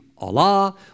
Allah